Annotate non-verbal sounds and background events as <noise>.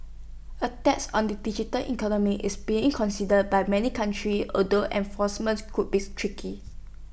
A tax on the digital economy is being considered by many countries although enforcement could be <noise> tricky